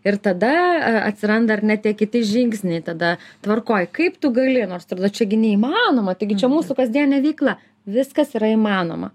ir tada a atsiranda ar ne tie kiti žingsniai tada tvarkoj kaip tu gali nors atrodo čia gi neįmanoma tai gi čia mūsų kasdienė veikla viskas yra įmanoma